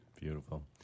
Beautiful